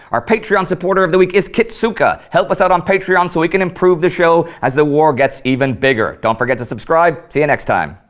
our patreon supporter of the week is kitsuka help us out on patreon so we can improve this show as the war gets even bigger. don't forget to subscribe, see you next time.